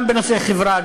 גם בנושאי חברה,